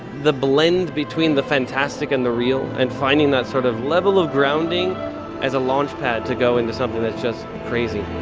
the blend between the fantastic and the real and finding that sort of level of grounding as a launchpad to go into something that's just crazy.